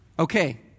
Okay